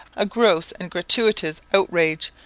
a gross and gratuitous outrage,